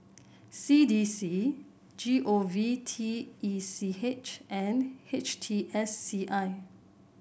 C D C G O V T E C H and H T S C I